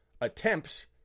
attempts